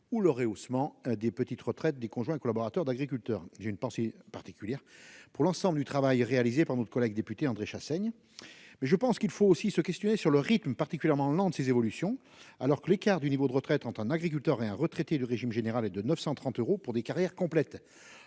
et hausse des petites retraites des conjoints collaborateurs d'agriculteurs. J'ai d'ailleurs une pensée particulière pour l'ensemble du travail réalisé par notre collègue député André Chassaigne. Toutefois, il faut aussi s'interroger sur le rythme particulièrement lent de ces évolutions. Alors que l'écart du niveau de retraite entre un agriculteur et un retraité du régime général atteint 930 euros pour des carrières complètes,